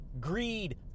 Greed